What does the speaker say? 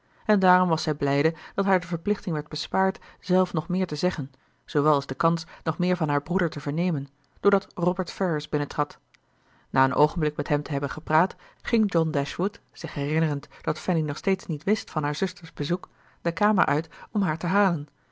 en daarom was zij blijde dat haar de verplichting werd bespaard zelf nog meer te zeggen zoowel als de kans nog meer van haar broeder te vernemen doordat robert ferrars binnentrad na een oogenblik met hem te hebben gepraat ging john dashwood zich herinneren dat fanny nog steeds niet wist van haar zuster's bezoek de kamer uit om haar te halen